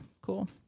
cool